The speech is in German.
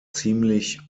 ziemlich